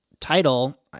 title